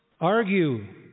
argue